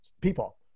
people